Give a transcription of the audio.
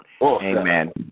amen